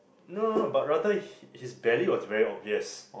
no no no but rather he his belly was very obvious